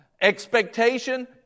Expectation